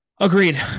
Agreed